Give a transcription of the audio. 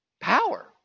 power